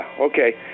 okay